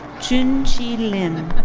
chun qi lim.